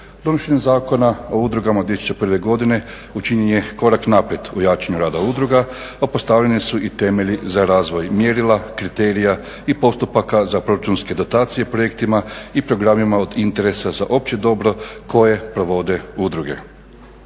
Donošenjem Zakona o udrugama 2001. godine učinjen je korak naprijed u jačanju rada udruga, a postavljeni su i temelji za razvoj mjerila, kriterija i postupaka za proračunske dotacije projektima i programima od interesa za opće dobro koje provode udruge.